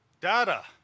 Data